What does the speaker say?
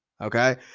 Okay